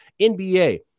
NBA